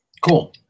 cool